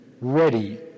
ready